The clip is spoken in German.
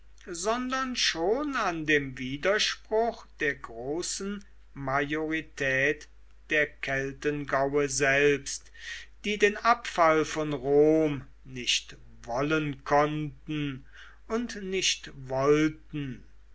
sondern schon an dem widerspruch der großen majorität der keltengaue selbst die den abfall von rom nicht wollen konnten und nicht wollten